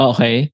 Okay